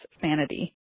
sanity